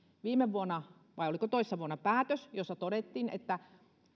viime vuonna vai oliko toissa vuonna päätös jossa todettiin että